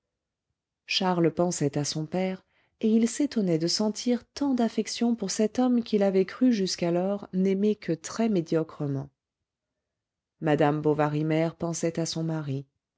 charles pensait à son père et il s'étonnait de sentir tant d'affection pour cet homme qu'il avait cru jusqu'alors n'aimer que très médiocrement madame bovary mère pensait à son mari